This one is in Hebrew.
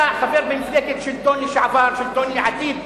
אתה חבר במפלגת שלטון לשעבר, שלטון לעתיד,